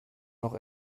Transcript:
noch